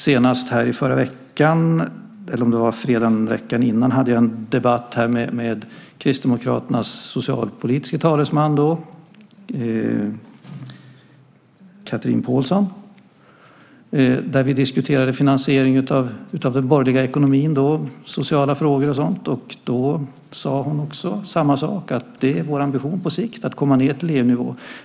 Senast i förra veckan, eller om det var fredagen i veckan innan, hade jag en debatt med Kristdemokraternas socialpolitiska talesman, Chatrine Pålsson, där vi diskuterade finansieringen av den borgerliga ekonomin, sociala frågor och sådant. Då sade hon samma sak. Det är deras ambition på sikt att komma ned till EU-nivån.